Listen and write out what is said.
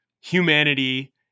humanity